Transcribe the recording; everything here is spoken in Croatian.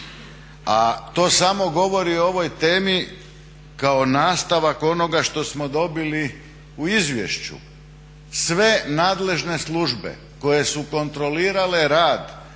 A to samo govori o ovoj temi kao nastavak onoga što smo dobili u izvješću. Sve nadležne službe koje su kontrolirale rad